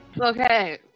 Okay